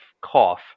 cough